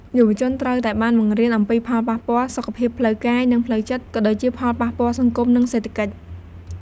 យុវជនត្រូវបានបង្រៀនអំពីផលប៉ះពាល់សុខភាពផ្លូវកាយ និងផ្លូវចិត្ត ក៏ដូចជាផលប៉ះពាល់សង្គម និងសេដ្ឋកិច្ច។